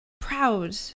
proud